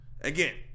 Again